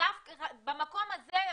במקום הזה,